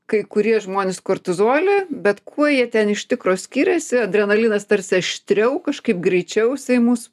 kai kurie žmonės kortizolį bet kuo jie ten iš tikro skiriasi adrenalinas tarsi aštriau kažkaip greičiausiai mus